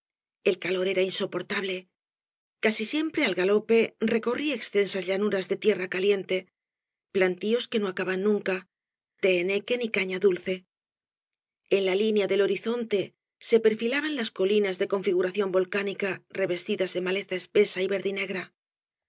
el calor era insoportable casi siempre al galope recorrí extensas llanuras de tierra caliente plantíos que no acaban nunca de henequén y caña dulce en la línea del horizonte se perfilaban las colinas de configuración volcánica revestidas de maleza espesa y verdinegra en